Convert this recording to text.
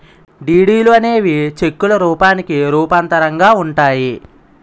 డీడీలు అనేవి చెక్కుల రూపానికి రూపాంతరంగా ఉంటాయి